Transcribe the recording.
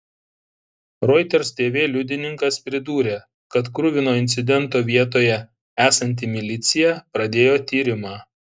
reuters tv liudininkas pridūrė kad kruvino incidento vietoje esanti milicija pradėjo tyrimą